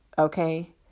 Okay